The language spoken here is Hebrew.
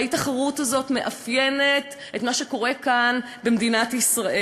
והאי-תחרות הזאת מאפיינת את מה שקורה כאן במדינת ישראל.